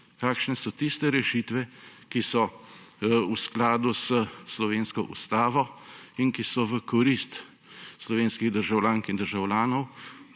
kakšne so tiste rešitve, ki so v skladu s slovensko ustavo in ki so v korist slovenskih državljank in državljanov